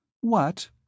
What